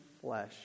flesh